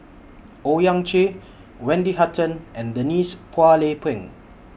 Owyang Chi Wendy Hutton and Denise Phua Lay Peng